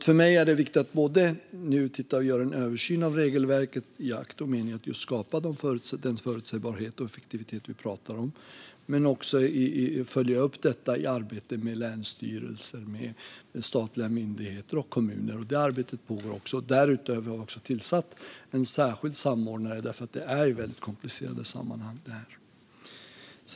För mig är det viktigt att nu göra en översyn av regelverket i akt och mening att skapa den förutsägbarhet och effektivitet som vi pratar om men att också följa upp detta i arbetet med länsstyrelser, statliga myndigheter och kommuner. Detta arbete pågår också. Därutöver har vi också tillsatt en särskild samordnare eftersom detta är väldigt komplicerade sammanhang.